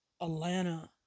Atlanta